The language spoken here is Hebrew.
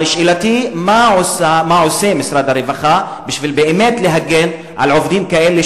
אבל שאלתי מה עושה משרד הרווחה בשביל באמת להגן על עובדים כאלה,